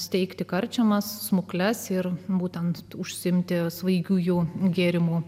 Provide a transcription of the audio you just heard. steigti karčiamas smukles ir būtent užsiimti svaigiųjų gėrimų